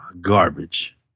Garbage